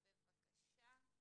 בבקשה.